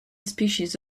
species